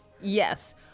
Yes